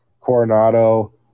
Coronado